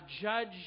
judge